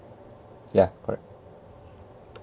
ya correct